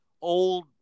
old